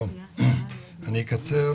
אני אקצר.